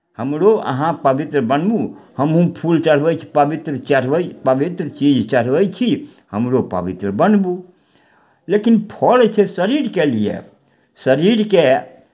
हमरो अहाँ पवित्र बनबू हमहूँ फूल चढ़बै पवित्र चढ़बै पवित्र चीज चढ़बै छी हमरो पवित्र बनबू लेकिन फड़ छियै शरीरके लिए शरीरके